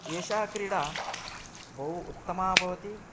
एषा क्रीडा बहु उत्तमा भवति